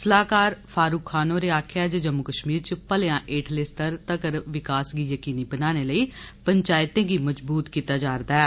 सलाहकार फारुक खान होरें आक्खेया ऐ जे जम्मू कश्मीर च भलेयां हेठले स्तर तगर विकास गी यकीनी बनाने लेई पंचायतें गी मजबूत कीता जा रदा ऐ